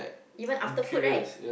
even after food right